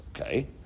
okay